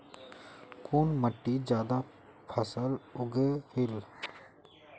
कुन मिट्टी ज्यादा फसल उगहिल?